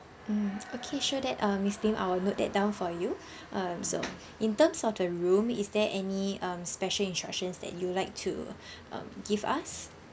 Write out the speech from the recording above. mm okay sure that um miss lim I will note that down for you um so in terms of the room is there any um special instructions that you would like to um give us